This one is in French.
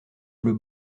bleu